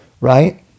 right